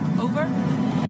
Over